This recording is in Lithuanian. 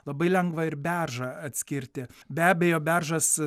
labai lengva ir beržą atskirti be abejo beržas